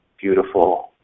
beautiful